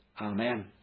Amen